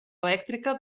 elèctrica